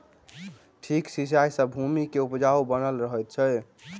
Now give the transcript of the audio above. ठीक सिचाई सॅ भूमि के उपजाऊपन बनल रहैत अछि